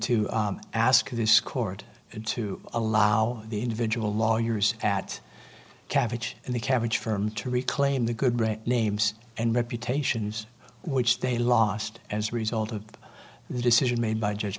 to ask this court to allow the individual lawyers at cabbage and the cabbage firm to reclaim the good brand names and reputations which they lost as a result of the decision made by judge